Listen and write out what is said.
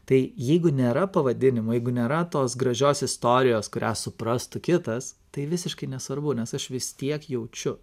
tai jeigu nėra pavadinimo jeigu nėra tos gražios istorijos kurią suprastų kitas tai visiškai nesvarbu nes aš vis tiek jaučiu